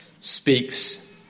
speaks